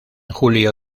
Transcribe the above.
julio